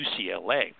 UCLA